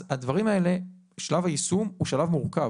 אז הדברים האלה, שלב היישום הוא שלב מורכב.